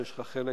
שיש לך חלק